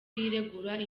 yiregura